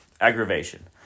aggravation